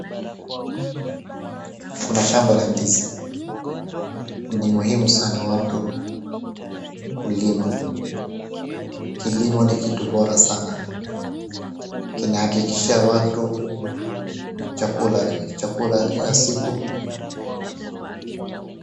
Kuna shamba la ndizi. Ni muhimu sana watu kulima. Kilimo ni kitu bora sana. Kinahakikisha watu chakula, chakula ya siku.